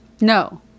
No